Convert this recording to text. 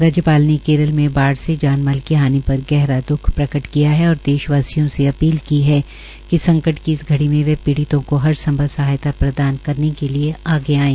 राज्यपाल ने केरल में बाढ़ से जान माल की हानि पर गहरा द्ख प्रकट किया है और देशवासियों से अपील की है कि संकट की इस घड़ी में वे पीड़ितों को हरसंभव सहायता प्रदान करने के लिए आगे आएं